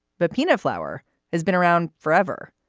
but peanut flour has been around forever.